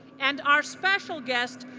and our special guest,